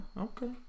okay